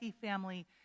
family